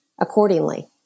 accordingly